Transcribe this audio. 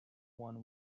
one